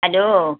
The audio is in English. hello